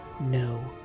no